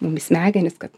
mum į smegenis kad